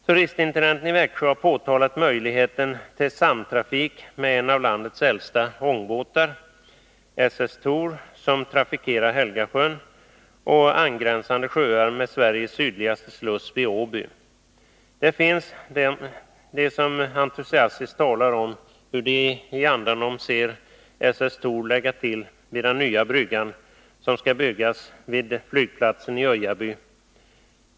Turistintendenten i Växjö har framhållit möjligheten till samtrafik med en av landets äldsta ångbåtar, s s Thor lägga till vid den nya brygga som skall byggas vid flygplatsen vid Öjaby.